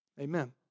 Amen